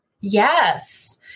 Yes